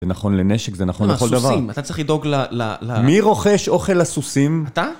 זה נכון לנשק, זה נכון בכל דבר. אבל לסוסים, אתה צריך לדאוג ל... - מי רוכש אוכל לסוסים? - אתה?